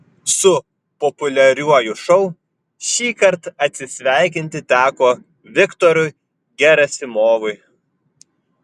su populiariuoju šou šįkart atsisveikinti teko viktorui gerasimovui